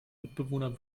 mitbewohner